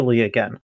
again